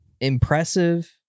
impressive